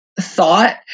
thought